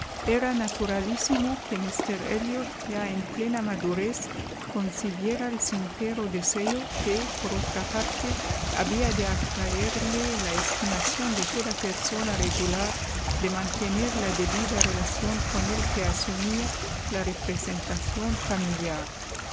era naturalísimo que míster elliot ya en plena madurez concibiera el sincero deseo que por otra parte había de atraerle la estimación de toda persona regular de mantener la debida relación con el que asumía la representación familiar